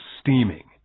steaming